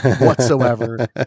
whatsoever